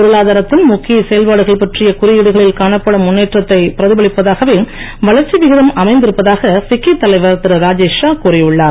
பொருளாதாரத்தின் முக்கிய செயல்பாடுகள் பற்றிய குறியீடுகளில் காணப்படும் முன்னேற்றத்தை பிரதிபலிப்பதாகவே வளர்ச்சி விகிதம் அமைந்திருப்பதாக பிஃகி தலைவர் திரு ராஜேஷ் ஷா கூறி உள்ளார்